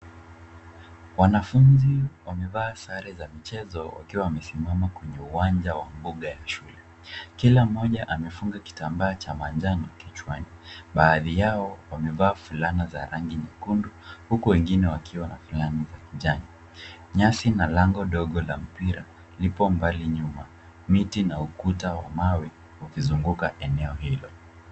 Wanafunzi wamevaa sare za michezo wakiwa wamesimama kwenye uwanja wa mbuga ya shule. Kila mmoja amefunga kitamba cha manjano kichwani. Baadhi yao wamevaa fulana za rangi nyekundu huku wengine wakiwa na fulani za kijani. Nyasi na lango ndogo la mpira lipo mbali nyuma, miti na ukuta wa mawe ukizunguka eneo hilo.